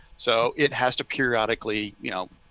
so it has to periodically, you know,